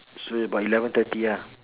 so about eleven thirty ah